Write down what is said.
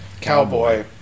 Cowboy